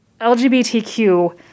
LGBTQ